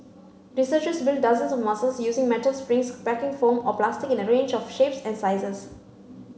researchers built dozens of muscles using metal springs packing foam or plastic in a range of shapes and sizes